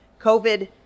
COVID